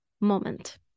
moment